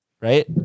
Right